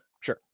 Sure